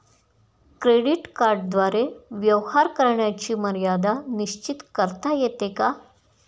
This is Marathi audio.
क्रेडिट कार्डद्वारे व्यवहार करण्याची मर्यादा निश्चित करता येते का?